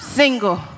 single